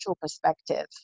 perspective